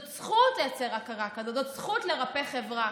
זאת זכות לייצר הכרה כזאת, זאת זכות לרפא חברה.